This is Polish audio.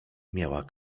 miała